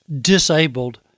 disabled